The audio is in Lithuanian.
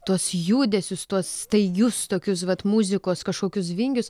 tuos judesius tuos staigius tokius vat muzikos kažkokius vingius